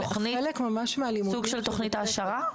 סוג של תוכנית העשרה?